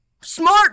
Smart